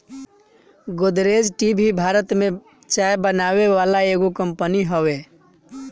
Godrej tea भी भारत में चाय बनावे वाला एगो कंपनी हवे